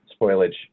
spoilage